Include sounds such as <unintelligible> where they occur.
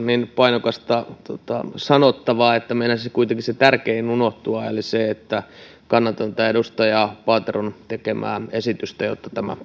<unintelligible> niin painokasta sanottavaa että meinasi kuitenkin se tärkein unohtua eli se että kannatan tätä edustaja paateron tekemää esitystä jotta tämä